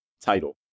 title